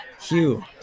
Hugh